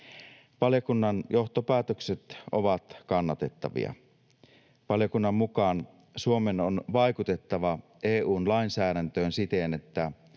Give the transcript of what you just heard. Valiokunnan johtopäätökset ovat kannatettavia. Valiokunnan mukaan Suomen on vaikutettava EU:n lainsäädäntöön siten, että